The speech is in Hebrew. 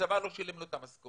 הצבא לא שילם לו את המשכורת,